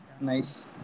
Nice